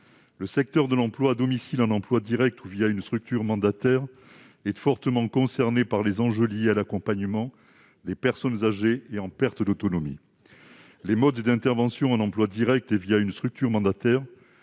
Le secteur de l'emploi à domicile en emploi direct ou une structure mandataire est fortement concerné par les enjeux liés à l'accompagnement des personnes âgées et en perte d'autonomie. Les modes d'intervention en emploi direct ou une structure mandataire